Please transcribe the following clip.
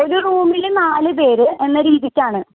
ഒരു റൂമിൽ നാല് പേര് എന്ന രീതിക്കാണ്